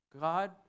God